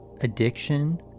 addiction